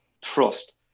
trust